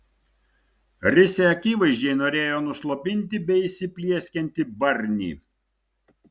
risia akivaizdžiai norėjo nuslopinti beįsiplieskiantį barnį